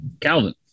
Calvin